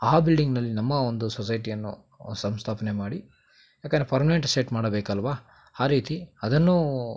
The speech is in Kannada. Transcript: ಆ ಬಿಲ್ಡಿಂಗ್ನಲ್ಲಿ ನಮ್ಮ ಒಂದು ಸೊಸೈಟಿಯನ್ನು ಸಂಸ್ಥಾಪನೆ ಮಾಡಿ ಯಾಕನ್ರೆ ಪರ್ಮನೆಂಟ್ ಸೆಟ್ ಮಾಡಬೇಕಲ್ವಾ ಆ ರೀತಿ ಅದನ್ನೂ